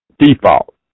default